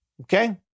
okay